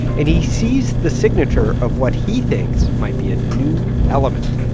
and he sees the signature of what he thinks might be a new element.